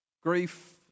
Grief